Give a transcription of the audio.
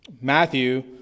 Matthew